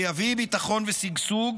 שיביא ביטחון ושגשוג,